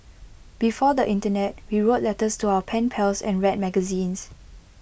before the Internet we wrote letters to our pen pals and read magazines